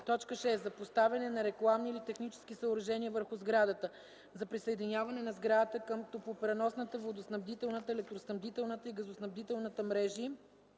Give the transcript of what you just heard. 6. за поставяне на рекламни или технически съоръжения върху сградата, за присъединяване на сградата към топлопреносната, водоснабдителната, електроснабдителната и газоснабдителната мрежи